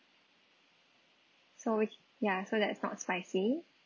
so it's ya so that it's not spicy